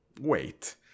wait